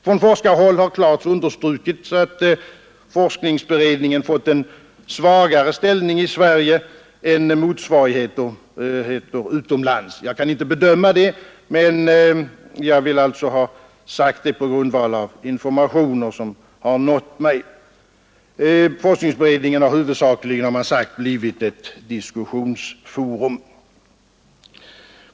Från forskarhåll har klart understrukits att forskningsberedningen fått en svagare ställning i Sverige än motsvarigheter utomlands. Jag kan inte bedöma det, men jag vill alltså ha sagt det på grundval av informationer som har nått mig. Forskningsberedningen har huvudsakligen, har man sagt, blivit ett diskussionsforum.